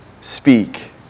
Speak